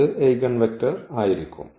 അത് ഐഗൺവെക്ടർ ആയിരിക്കും